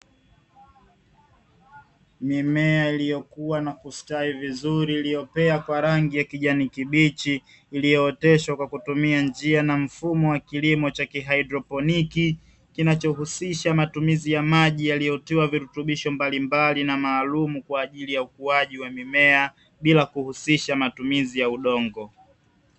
Mimea iliyokuwa na kustawi vizuri, iliyopea kwa rangi ya kijani kibichi, iliyooteshwa kwa kutumia njia na mfumo wa kilimo cha kihaidroponi; kinachohusisha matumizi ya maji yaliyotiwa virutubisho mbalimbali na maalumu kwa ajili ya ukuaji wa mimea, bila kuhusisha matumizi ya udongo.